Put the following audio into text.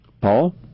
Paul